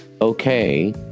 okay